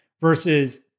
versus